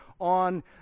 on